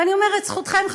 ואני אומרת: זכותכם,